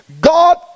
god